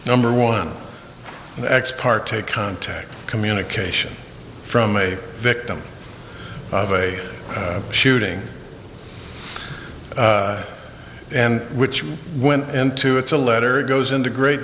number one ex parte contact communication from a victim of a shooting and which went into it's a letter it goes into great